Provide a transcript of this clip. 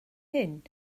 hyn